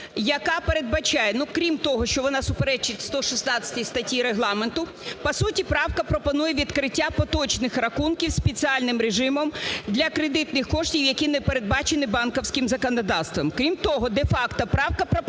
яка передбачає, ну, крім того, що вона суперечить 116 статті Регламенту, по суті, правка пропонує відкриття поточних рахунків спеціальним режимом для кредитних коштів, які не передбачені банківським законодавством. Крім того, де-факто правка пропонує,